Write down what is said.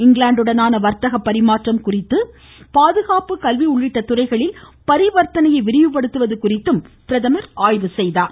இங்கிலாந்து உடனான வர்த்தக பரிமாற்றம் குறித்தும் பாதுகாப்பு கல்வி உள்ளிட்ட துறைகளில் பரிவர்த்தனையை விரிவுபடுத்துவது குறித்தும் பிரதமர் ஆய்வு செய்தார்